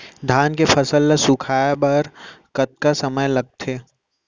धान के फसल ल सूखे बर कतका समय ल लगथे?